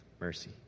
Mercy